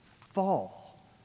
fall